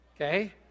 Okay